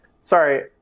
Sorry